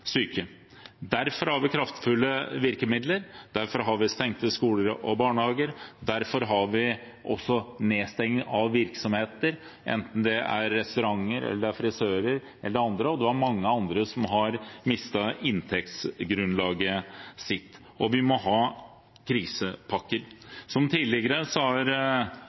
Derfor har vi kraftfulle virkemidler, derfor har vi stengte skoler og barnehager, og derfor har vi også nedstenging av virksomheter, enten det er restauranter, frisører eller andre – og det er mange andre som har mistet inntektsgrunnlaget. Og vi må ha krisepakker. Som tidligere har